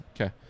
Okay